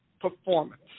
performance